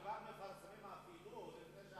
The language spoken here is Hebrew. הם כבר מפרסמים, אפילו לפני